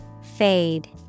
Fade